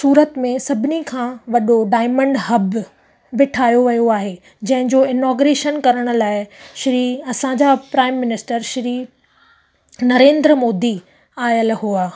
सूरत में सभिनी खां वॾो डायमंड हब बि ठाहियो वियो आहे जंहिंजो इनॉग्रेशन करण लाइ श्री असांजा प्राइम मिनिस्टर श्री नरेंद्र मोदी आयल हुआ